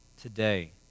today